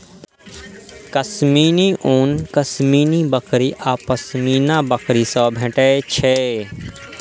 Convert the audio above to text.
कश्मीरी ऊन कश्मीरी बकरी आ पश्मीना बकरी सं भेटै छै